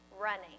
running